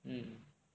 mm